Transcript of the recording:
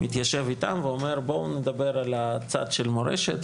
מתיישב איתם ואומר בואו נדבר על הצד של מורשת,